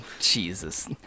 jesus